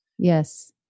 Yes